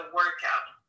workout